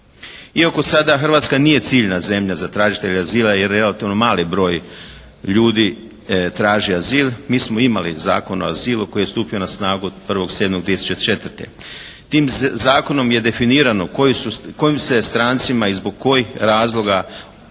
Iako sada Hrvatska nije ciljna zemlja za tražitelje azila jer relativno mali broj ljudi traži azil, mi smo imali Zakon o azilu koji je stupio na snagu od 1.7.2004. Tim zakonom je definirano kojim se strancima i zbog kojih razloga